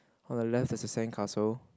on the left there's a sandcastle